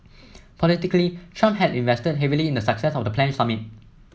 politically Trump had invested heavily in the success of the planned summit